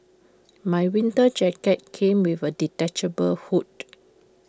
my winter jacket came with A detachable hood